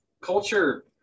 culture